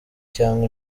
cyangwa